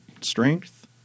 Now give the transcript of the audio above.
Strength